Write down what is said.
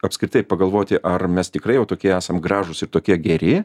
apskritai pagalvoti ar mes tikrai tokie esam gražūs ir tokie geri